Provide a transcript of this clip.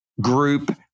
group